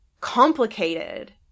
complicated